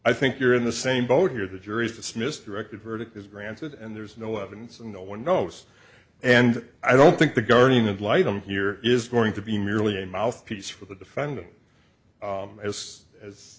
i think you're in the same boat here the jury is dismissed directed verdict is granted and there's no evidence and no one knows and i don't think the guardian ad litem here is going to be merely a mouthpiece for the defendant as as